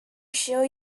show